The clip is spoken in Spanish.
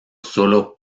solo